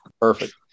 Perfect